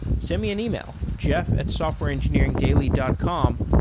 send me an email, jeff at softwareengineeringdaily dot com.